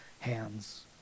hands